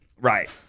Right